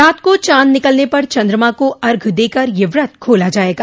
रात को चाँद निकलने पर चन्द्रमा को अर्घ देकर यह व्रत खोला जायेगा